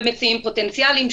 במציעים פוטנציאליים,